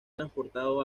transportado